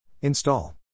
Install